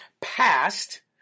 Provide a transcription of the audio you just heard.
passed